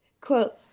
quote